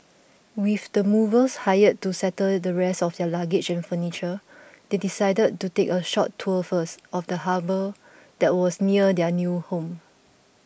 with the movers hired to settle the rest of their luggage and furniture they decided to take a short tour first of the harbour that was near their new home